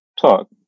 talk